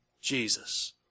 Jesus